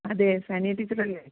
അതെ സനിയ ടീച്ചർ അല്ലേ